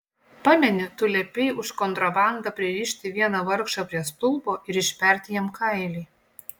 pameni tu liepei už kontrabandą pririšti vieną vargšą prie stulpo ir išperti jam kailį